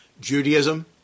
Judaism